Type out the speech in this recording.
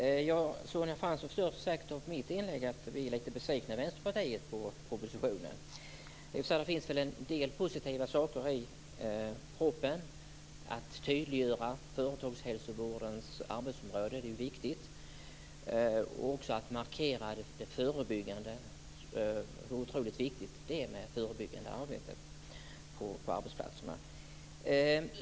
Herr talman! Sonja Fransson förstår av mitt inlägg att vi i Vänsterpartiet är lite besvikna på propositionen. Det finns väl en del positiva saker i den. Det är viktigt att tydliggöra företagshälsovårdens arbetsområde liksom att markera hur oerhört väsentliga de förebyggande åtgärderna på arbetsplatserna är.